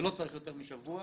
ולא צריך יותר משבוע